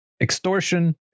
extortion